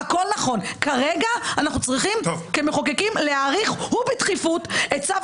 הכול נכון אבל כרגע אנחנו צריכים כמחוקקים להאריך ובדחיפות את צו